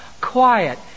quiet